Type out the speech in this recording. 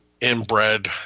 inbred